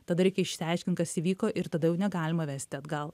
tada reikia išsiaiškint kas įvyko ir tada jau negalima vesti atgal